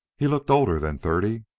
he looked older than thirty,